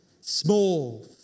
Small